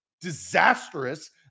disastrous